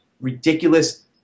ridiculous